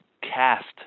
cast